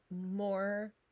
more